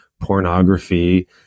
pornography